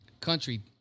Country